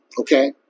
Okay